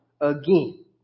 again